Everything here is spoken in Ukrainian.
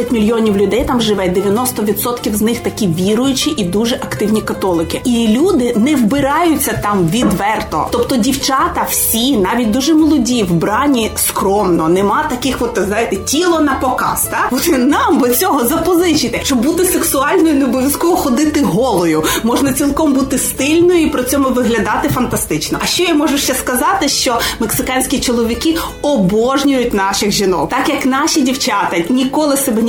мільйонів людей там живе, 90% з них такі віруючі і дуже активні католики. І люди не вбираються там відверто. Тобто дівчата всі, навіть дуже молоді, вбрані скромно. Нема таких от, знаєте, тіло на показ, та? Нам би цього запозичити. Щоб бути сексуальною, не обов'язково ходити голою. Можна цілком бути стильною і при цьому виглядати фантастично. А ще я можу ще сказати, що мексиканські чоловіки обожнюють наших жінок. Так як наші дівчата ніколи себе